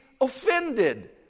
offended